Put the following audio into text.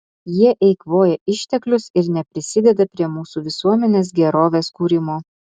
jie eikvoja išteklius ir neprisideda prie mūsų visuomenės gerovės kūrimo